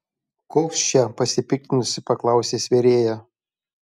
koks čia pasipiktinusi paklausė svėrėja